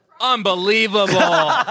Unbelievable